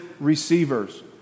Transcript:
receivers